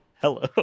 Hello